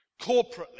Corporately